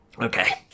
Okay